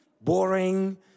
boring